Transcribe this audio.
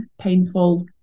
painful